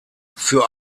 für